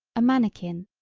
a manikin,